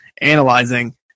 analyzing